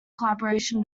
collaboration